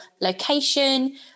location